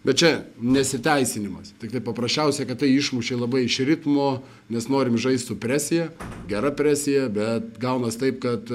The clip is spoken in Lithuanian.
bet čia nesiteisinimas tiktai paprasčiausia kad tai išmušė labai iš ritmo nes norim žaist su presija gera presija bet gaunas taip kad